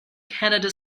canada